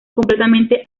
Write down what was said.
completamente